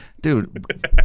dude